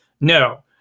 No